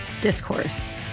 discourse